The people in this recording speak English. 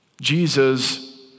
Jesus